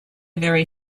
very